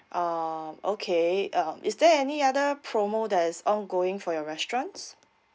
um okay um is there any other promo that is ongoing for your restaurants